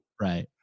Right